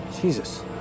Jesus